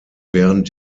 während